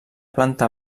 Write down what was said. planta